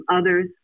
others